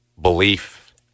belief